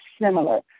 similar